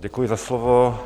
Děkuji za slovo.